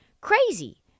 Crazy